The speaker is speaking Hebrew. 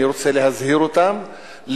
אני רוצה להזהיר אותם,